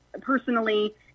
personally